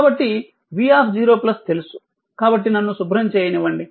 కాబట్టి v0 తెలుసు కాబట్టి నన్ను శుభ్రం చేయనివ్వండి